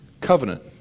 covenant